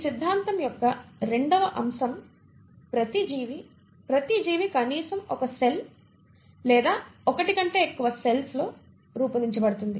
ఈ సిద్ధాంతం యొక్క రెండవ అంశం ప్రతి జీవి ప్రతి జీవి కనీసం ఒక సెల్ లేదా ఒకటి కంటే ఎక్కువ సెల్స్తో రూపొందించబడింది